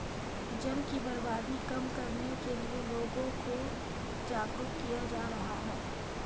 जल की बर्बादी कम करने के लिए लोगों को जागरुक किया जा रहा है